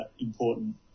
important